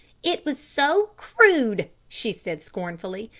it was so crude, she said scornfully,